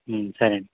సరే అండి